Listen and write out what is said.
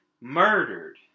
murdered